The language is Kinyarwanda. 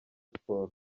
siporo